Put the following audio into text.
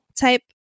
type